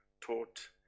taught